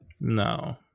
no